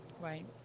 Right